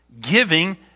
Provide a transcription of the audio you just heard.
giving